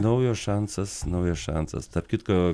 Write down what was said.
naujas šansas naujas šansas tarp kitko